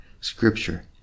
scripture